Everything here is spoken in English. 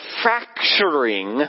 fracturing